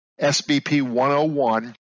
SBP-101